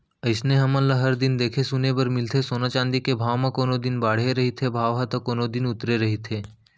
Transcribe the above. अइसने हमन ल हर दिन देखे सुने बर मिलथे सोना चाँदी के भाव म कोनो दिन बाड़हे रहिथे भाव ह ता कोनो दिन उतरे रहिथे